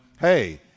hey